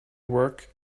work